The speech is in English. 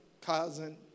cousin